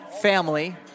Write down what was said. family